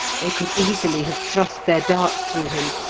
they could easily have thrust their darts through him,